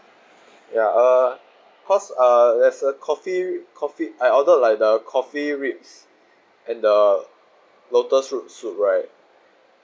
ya uh cause uh there's a coffee coffee I ordered like the coffee ribs and the lotus roots soup right